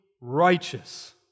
righteous